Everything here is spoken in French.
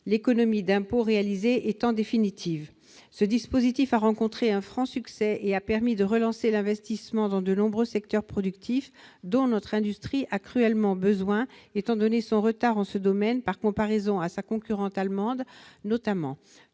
l'économie d'impôt réalisée étant définitive. Ce dispositif a rencontré un franc succès et a permis de relancer l'investissement dans de nombreux secteurs productifs, investissement dont notre industrie a cruellement besoin étant donné son retard dans ce domaine, notamment par comparaison à sa concurrente allemande. Toutefois,